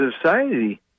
society